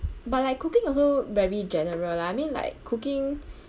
but like cooking also very general lah I mean like cooking